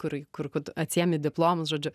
kur kur tu atsiėmi diplomus žodžiu